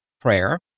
Prayer